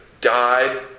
died